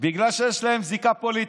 בגלל שיש להם זיקה פוליטית.